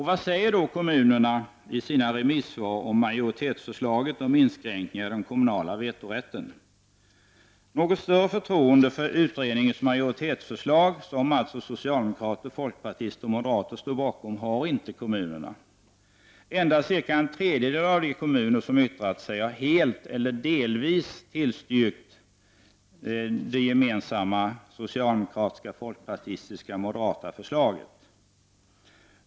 Vad säger då kommunerna i sina remissvar om majoritetsförslaget om inskränkningar i den kommunala vetorätten? Något större förtroende för utredningens majoritetsförslag — som socialdemokrater, folkpartister och moderater står bakom — har inte kommunerna. Endast cirka en tredjedel av de kommuner som har yttrat sig har helt eller delvis tillstyrkt det gemensamma förslaget från socialdemokraterna, folkpartiet och moderaterna.